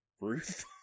Ruth